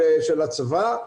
של הצבא,